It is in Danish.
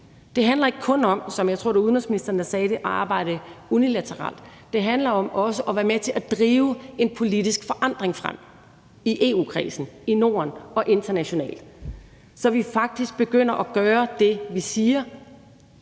Det handler ikke kun om, som jeg tror det var udenrigsministeren der sagde, at arbejde unilateralt. Det handler om også at være med til at drive en politisk forandring frem i EU-kredsen, i Norden og internationalt, så vi faktisk begynder at gøre det, vi siger,